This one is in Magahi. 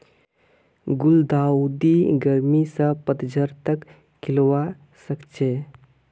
गुलदाउदी गर्मी स पतझड़ तक खिलवा सखछे